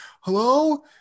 hello